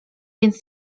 więc